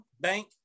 bank